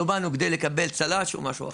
לא באנו בכדי לקבל ציון לשבח או משהו אחר.